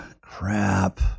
crap